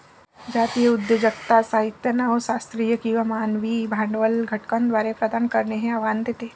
जातीय उद्योजकता साहित्य नव शास्त्रीय किंवा मानवी भांडवल घटकांद्वारे प्रदान करणे हे आव्हान देते